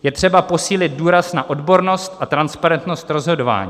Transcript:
Je třeba posílit důraz na odbornost a transparentnost rozhodování.